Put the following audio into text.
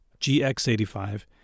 GX85